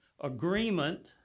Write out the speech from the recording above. agreement